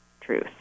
truth